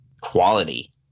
quality